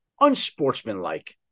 unsportsmanlike